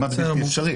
כמעט בלי אפשרי,